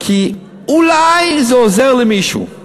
כי אולי זה עוזר למישהו.